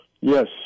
Yes